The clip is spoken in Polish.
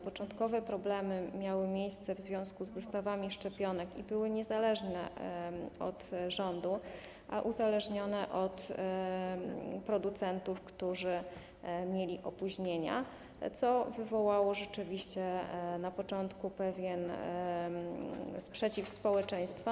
Początkowe problemy miały miejsce w związku z dostawami szczepionek i były niezależne od rządu, a uzależnione od producentów, którzy mieli opóźnienia, co wywołało rzeczywiście na początku pewien sprzeciw społeczeństwa.